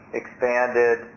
expanded